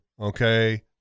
okay